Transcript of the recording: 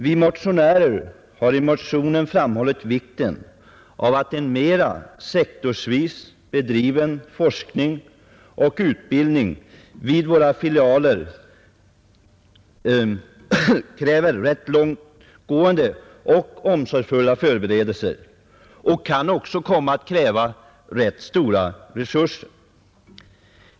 Vi har i motionen framhållit vikten av att man uppmärksammar att en mera sektorsvis bedriven forskning och utbildning vid våra filialer kräver rätt långtgående och omsorgsfulla förberedelser och kan komma att kräva ganska stora resurser.